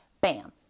Bam